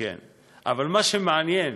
אבל מה שמעניין,